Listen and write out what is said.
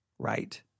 right